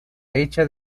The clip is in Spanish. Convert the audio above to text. hecha